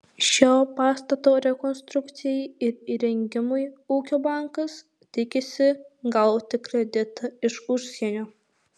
šio pastato rekonstrukcijai ir įrengimui ūkio bankas tikisi gauti kreditą iš užsienio